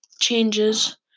changes